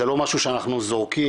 זה לא משהו שאנחנו זורקים,